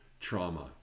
trauma